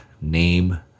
Name